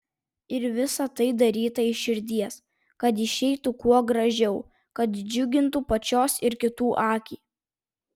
ir visa tai daryta iš širdies kad išeitų kuo gražiau kad džiugintų pačios ir kitų akį